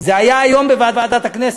זה היה היום בוועדת הכנסת,